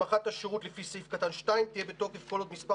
והסמכת השירות לפי סעיף קטן (2) תהיה בתוקף כל עוד מספר